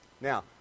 Now